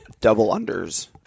Double-unders